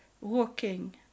walking